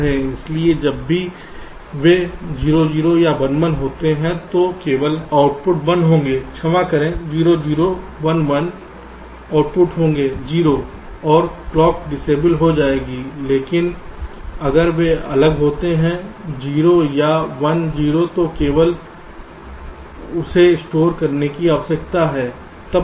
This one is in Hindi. इसलिए जब भी वे 0 0 या 1 1 होते हैं तो केवल आउटपुट 1 होगा क्षमा करें 0 0 1 1 आउटपुट होगा 0 और क्लॉक डिसएबल हो जाएगी लेकिन जब वे अलग होते हैं 0 1 या 1 0 तो केवल आप को इसे स्टोर करने की आवश्यकता है